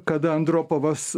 kada andropovas